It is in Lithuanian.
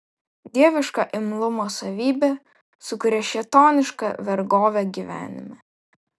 dieviška imlumo savybė sukuria šėtonišką vergovę gyvenime